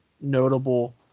notable